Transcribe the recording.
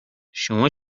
شما